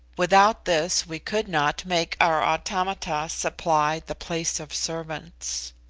without this we could not make our automata supply the place of servants.